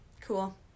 Cool